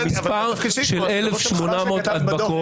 המספר של 1,800 הדבקות